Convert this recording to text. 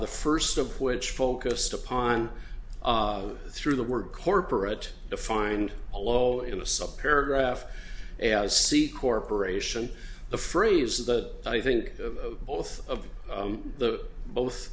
the first of which focused upon through the word corporate defined a low in a sub paragraph c corporation the phrase that i think both of the both